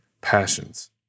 passions